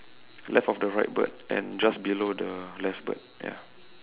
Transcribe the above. left of the right bird and just below the left bird ya